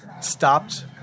stopped